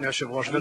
אדוני היושב-ראש,